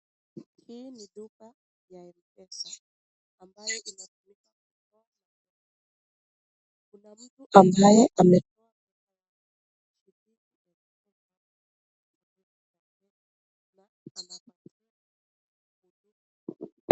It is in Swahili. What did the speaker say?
Hii ni duka ya mpesa ambayo inatumika kutoa pesa, kuna mtu ambaye ametoa pesa.